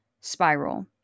spiral